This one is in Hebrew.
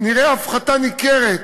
הפחתה ניכרת